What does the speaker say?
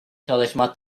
çalışma